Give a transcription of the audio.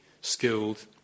skilled